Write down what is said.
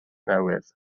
newydd